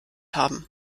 haben